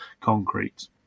concrete